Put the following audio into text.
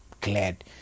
glad